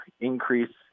increase